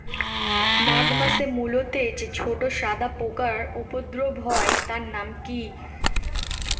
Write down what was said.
মাঘ মাসে মূলোতে যে ছোট সাদা পোকার উপদ্রব হয় তার নাম কি?